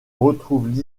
retrouve